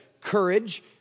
courage